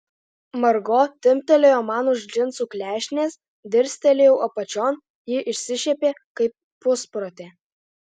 margo timptelėjo man už džinsų klešnės dirstelėjau apačion ji išsišiepė kaip pusprotė